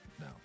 no